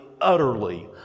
utterly